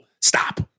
stop